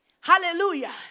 Hallelujah